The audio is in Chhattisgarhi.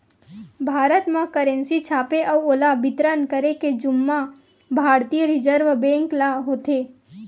भारत म करेंसी छापे अउ ओला बितरन करे के जुम्मा भारतीय रिजर्व बेंक ल होथे